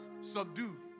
Subdue